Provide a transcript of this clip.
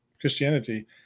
christianity